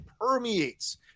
permeates